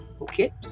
Okay